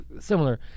similar